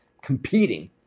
competing